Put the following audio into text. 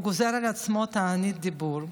הוא גוזר על עצמו תענית דיבור,